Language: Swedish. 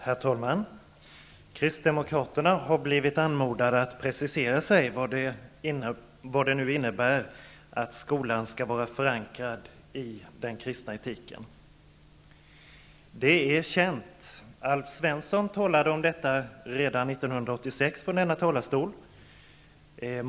Herr talman! Kristdemokraterna har blivit anmodade att precisera vad det innebär att skolan skall vara förankrad i den kristna etiken. Det är känt. Alf Svensson talade om detta redan 1986 från denna talarstol.